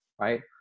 right